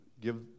give